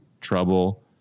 trouble